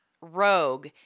rogue